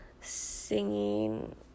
singing